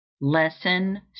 Lesson